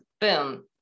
boom